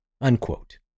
unquote